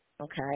okay